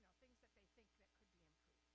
things that they think that could be and